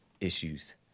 issues